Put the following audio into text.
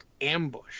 ambush